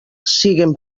siguen